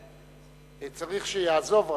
צריך שיעזוב רק,